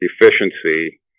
efficiency